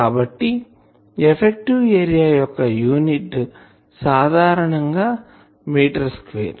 కాబట్టి effective area యొక్క unit సాధారణం గా మీటర్ స్క్వేర్